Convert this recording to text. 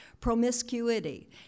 promiscuity